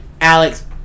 Alex